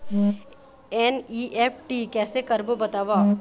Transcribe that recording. NEFT कैसे करबो बताव?